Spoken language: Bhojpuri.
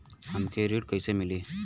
हमके ऋण कईसे मिली?